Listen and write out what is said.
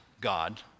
God